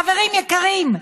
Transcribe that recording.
חברים יקרים,